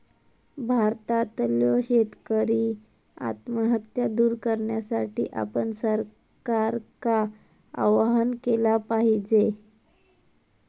भारतातल्यो शेतकरी आत्महत्या दूर करण्यासाठी आपण सरकारका आवाहन केला पाहिजे